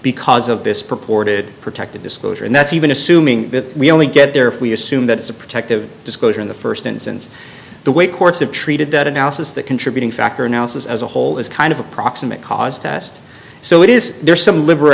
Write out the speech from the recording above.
because of this purported protected disclosure and that's even assuming we only get there if we assume that it's a protective disclosure in the st instance the way courts have treated that analysis that contributing factor analysis as a whole is kind of a proximate cause test so it is there's some liber